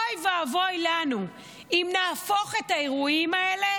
אוי ואבוי לנו אם נהפוך את האירועים האלה